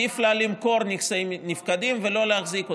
עדיף לה למכור נכסי נפקדים ולא להחזיק אותם.